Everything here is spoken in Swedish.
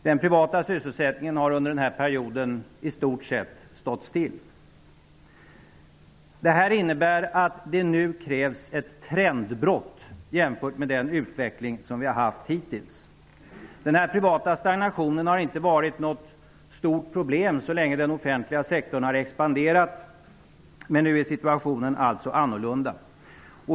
Den privata sysselsättningen har under den här perioden i stort sett stått stilla. Det här innebär att det nu krävs ett trendbrott jämfört med den utveckling som vi har haft hittills. Den privata stagnationen har inte varit något stort problem, så länge den offentliga sektorn har expanderat, men nu är situationen alltså annorlunda.